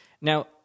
Now